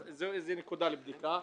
אז זו נקודה לבדיקה.